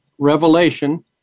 Revelation